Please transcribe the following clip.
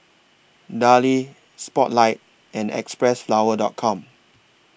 Darlie Spotlight and Xpressflower Dot Com